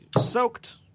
Soaked